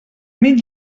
mig